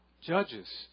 Judges